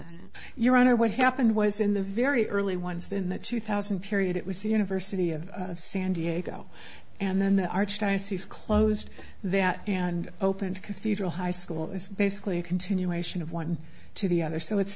your honor what happened was in the very early ones then the two thousand period it was the university of san diego and then the archdiocese closed that and opened cathedral high school is basically a continuation of one to the other so it's